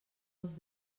els